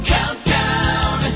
Countdown